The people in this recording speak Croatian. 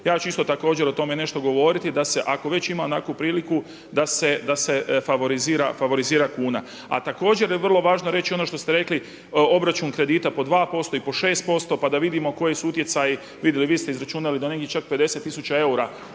Ja ću isto također o tome nešto govoriti da se ako već ima onakvu priliku da se favorizira kuna. A također je vrlo važno reći ono što ste rekli obračun kredita po 2% i po 6% pa da vidimo koji su utjecaji, vidimo vi ste izračunali da negdje čak 50 tisuća